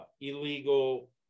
illegal